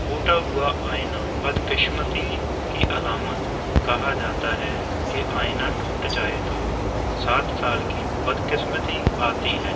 پھوٹا ہوا آئینہ بدقسمتی کی علامت کہا جاتا ہے کہ آئینہ ٹوٹ جائے تو سات سال کی بدقسمتی آتی ہے